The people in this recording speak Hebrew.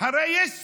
הרי יש סוף,